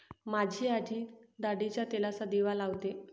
माझी आजी ताडीच्या तेलाचा दिवा लावते